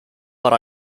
but